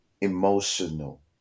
emotional